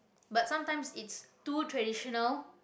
but sometimes it's too traditional